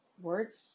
Words